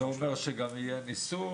זה אומר שגם יהיה ניסוי?